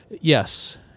Yes